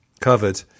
covered